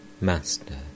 Master